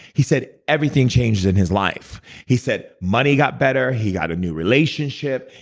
he said everything changed in his life he said money got better. he got a new relationship.